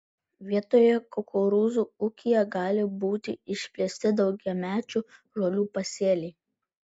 vietoje kukurūzų ūkyje gali būti išplėsti daugiamečių žolių pasėliai